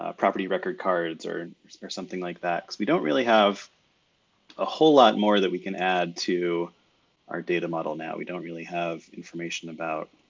ah property record cards or or something like that. cause we don't really have a whole lot more that we can add to our data model now. we don't really have information about